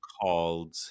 called